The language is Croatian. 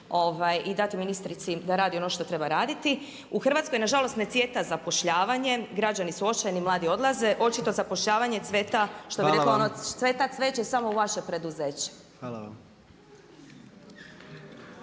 i dati ministrici da radi ono što treba raditi. U Hrvatskoj nažalost ne cvijeta zapošljavanje, građani su očajni, mladi odlaze, očito zapošljavanje cvijeta, što bi reklo ono „cveta cveće samo u vaše preduzeće.“